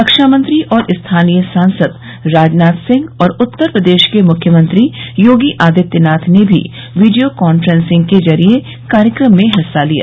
रक्षा मंत्री और स्थानीय सांसद राजनाथ सिंह और उत्तर प्रदेश के मुख्यमंत्री योगी आदित्यनाथ ने भी वीडियो कांफ्रेंसिंग के जरिये कार्यक्रम में हिस्सा लिया